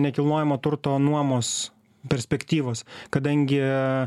nekilnojamo turto nuomos perspektyvos kadangi